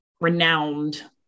renowned